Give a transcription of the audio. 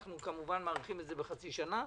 אנו מאריכים את זה בחצי שנה.